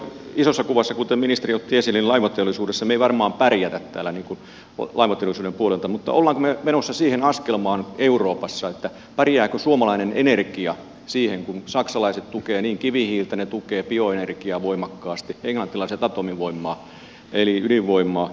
isossa kuvassa kuten ministeri otti esille laivateollisuuden puolelta laivateollisuudessa me emme varmaan pärjää täällä mutta olemmeko me menossa siihen askelmaan euroopassa että pärjääkö suomalainen energia kun saksalaiset tukevat kivihiiltä he tukevat bioenergiaa voimakkaasti englantilaiset atomivoimaa eli ydinvoimaa